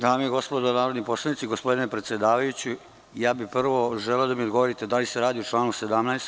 Dame i gospodo narodni poslanici, gospodine predsedavajući, želeo bih da mi odgovorite da li se radi o članu 17?